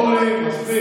אורלי, מספיק.